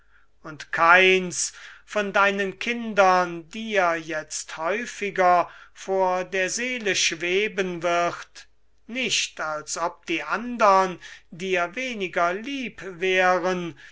und keins von deinen kindern dir jetzt häufiger vor der seele schweben wird nicht als ob die andern dir weniger lieb wären